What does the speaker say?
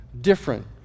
different